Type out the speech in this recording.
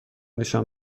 نشان